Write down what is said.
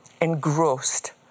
engrossed